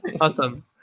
Awesome